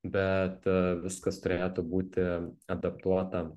bet viskas turėtų būti adaptuota